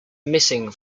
missing